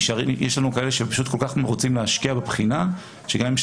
יש לנו כאלה שהם פשוט כל כך רוצים להשקיע בבחינה שגם אם יש